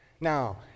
Now